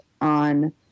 on